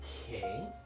Okay